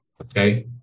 Okay